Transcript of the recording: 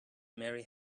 mary